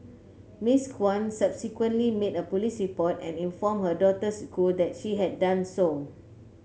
Miss Kwan subsequently made a police report and informed her daughter's school that she had done so